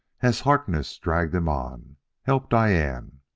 as harkness dragged him on help diane!